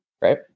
right